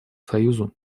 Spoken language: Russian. союзу